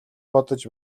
бодож